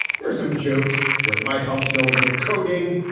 there are some jokes where it might help to know a little coding.